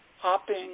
hopping